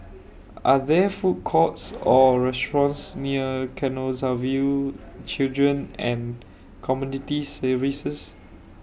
Are There Food Courts Or restaurants near Canossaville Children and Community Services